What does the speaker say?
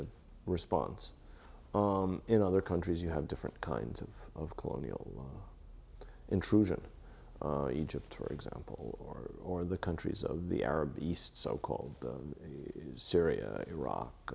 of response in other countries you have different kinds of colonial intrusion egypt for example or or the countries of the arab east so called syria iraq